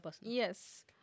Yes